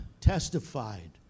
testified